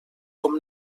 com